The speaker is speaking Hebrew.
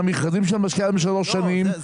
המכרזים שאת משקיעה בשלוש שנים --- לא,